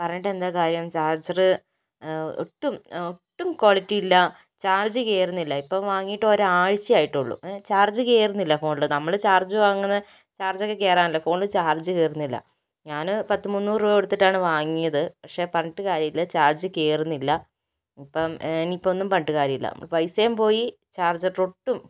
പറഞ്ഞിട്ട് എന്താ കാര്യം ചാർജ്ജർ ഒട്ടും ഒട്ടും ക്വാളിറ്റിയില്ല ചാർജ് കയറുന്നില്ല ഇപ്പോൾ വാങ്ങിയിട്ട് ഒരാഴ്ചയായിട്ടുള്ളു ചാർജ് കയറുന്നില്ല ഫോണിൽ നമ്മൾ ചാർജ് വാങ്ങുന്നത് ചാർജ്ജൊക്കെ കയറാനല്ലേ ഫോണിൽ ചാർജ് കയറുന്നില്ല ഞാൻ പത്ത്മുന്നൂറ് രൂപ കൊടുത്തിട്ടാണ് വാങ്ങിയത് പക്ഷെ പറഞ്ഞിട്ട് കാര്യമില്ല ചാർജ് കയറുന്നില്ല അപ്പം ഇനിയിപ്പം ഒന്നും പറഞ്ഞിട്ട് കാര്യമില്ല പൈസയും പോയി ചാർജർ ഒട്ടും